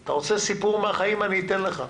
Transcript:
אתה רוצה סיפור מהחיים, אני אתן לך.